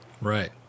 Right